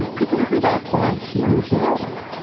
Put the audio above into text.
presumably they apply here as well.